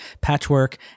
Patchwork